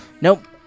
Nope